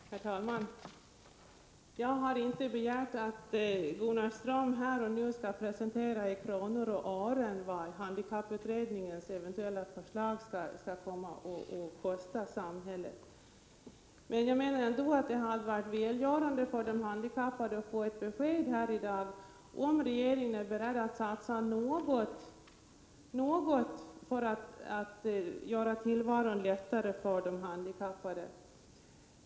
Herr talman! Jag har inte begärt att Gunnar Ström här och nu skall säga vad handikapputredningens förslag kommer att kosta samhället i kronor och ören. Men det hade varit välgörande för de handikappade att här i dag få ett besked om huruvida regeringen är beredd att satsa något för att göra tillvaron lättare för de handikappade.